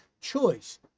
choice